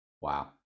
Wow